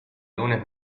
lunes